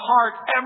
heart